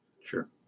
Sure